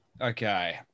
okay